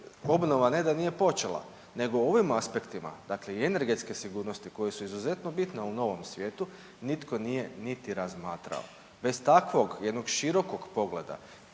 obnova ne da nije počela nego u ovim aspektima dakle i energetske sigurnosti koje su izuzetno bitne u novom svijetu nitko nije niti razmatrao. Bez takvog jednog širokog pogleda,